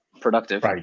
productive